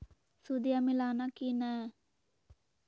सुदिया मिलाना की नय?